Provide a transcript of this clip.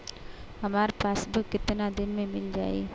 हमार पासबुक कितना दिन में मील जाई?